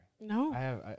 No